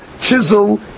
chisel